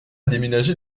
déménagé